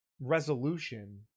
resolution